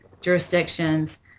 jurisdictions